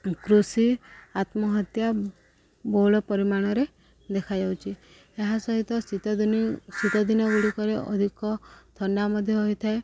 କୃଷି ଆତ୍ମହତ୍ୟା ବହୁଳ ପରିମାଣରେ ଦେଖାଯାଉଛି ଏହା ସହିତ ଶୀତଦିନେ ଶୀତଦିନ ଗୁଡ଼ିକରେ ଅଧିକ ଥଣ୍ଡା ମଧ୍ୟ ହୋଇଥାଏ